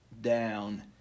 down